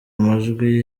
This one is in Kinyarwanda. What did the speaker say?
amajwi